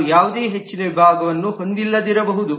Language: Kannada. ನಾನು ಯಾವುದೇ ಹೆಚ್ಚಿನ ವಿಭಾಗವನ್ನು ಹೊಂದಿಲ್ಲದಿರಬಹುದು